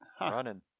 running